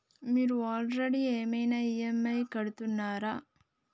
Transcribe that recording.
మీరు ఆల్రెడీ ఏమైనా ఈ.ఎమ్.ఐ కడుతున్నారా?